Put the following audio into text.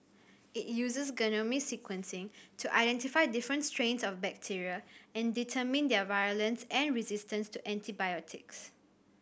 it uses genome sequencing to identify different strains of bacteria and determine their virulence and resistance to antibiotics